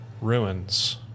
ruins